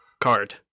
card